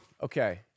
Okay